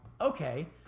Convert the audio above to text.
okay